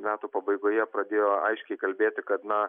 metų pabaigoje pradėjo aiškiai kalbėti kad na